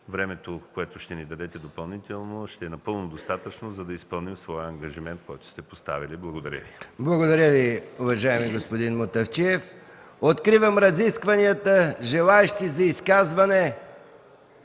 времето, което ще ни дадете допълнително, ще е напълно достатъчно, за да изпълним своя ангажимент, който сте поставили. Благодаря Ви. ПРЕДСЕДАТЕЛ МИХАИЛ МИКОВ: Благодаря Ви, уважаеми господин Мутафчиев. Откривам разискванията. Желаещи за изказвания?